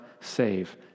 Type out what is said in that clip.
save